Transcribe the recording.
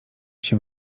się